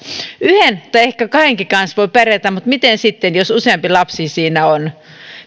yhden tai ehkä kahdenkin kanssa voi pärjätä mutta miten sitten jos siinä on